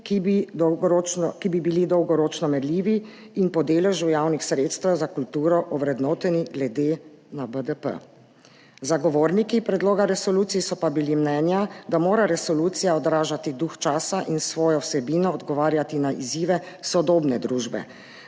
ki bi bili dolgoročno merljivi in po deležu javnih sredstev za kulturo ovrednoteni glede na BDP. Zagovorniki predloga resolucije so pa bili mnenja, da mora resolucija odražati duh časa in s svojo vsebino odgovarjati na izzive sodobne družbe.